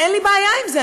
אין לי בעיה עם זה,